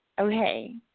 Okay